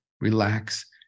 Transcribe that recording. relax